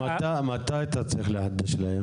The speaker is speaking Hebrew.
מתי אתה צריך לחדש להם?